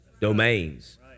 domains